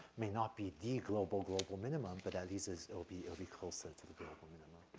may not be the global global minimum, but at least it'll be it'll be closer to the global minimum.